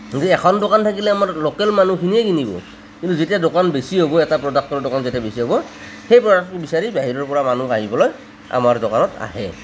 যদি এখন দোকান থাকিলে আমাৰ লোকেল মানুহখিনিয়েই কিনিব কিন্তু যেতিয়া দোকান বেছি হ'ব এটা প্ৰডাক্টৰ দোকান যেতিয়া বেছি হ'ব সেই প্ৰডাক্টটো বিচাৰি বাহিৰৰ পৰা মানুহ আহিবলৈ আমাৰ দোকানত আহে